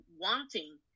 wanting